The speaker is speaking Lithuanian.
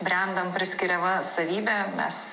brendam priskiriama savybė mes